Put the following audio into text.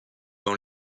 dans